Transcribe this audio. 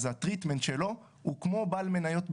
אז הטריטמנט שלו הוא כמו בעל מניות בחברה,